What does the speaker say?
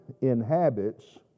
inhabits